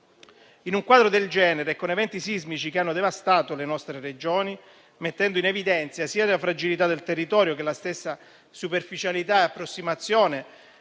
In un quadro del genere e con eventi sismici che hanno devastato le nostre Regioni, mettendo in evidenza sia la fragilità del territorio sia la stessa superficialità e approssimazione